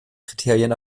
kriterien